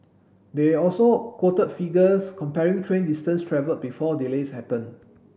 they also quoted figures comparing train distance travelled before delays happened